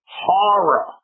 horror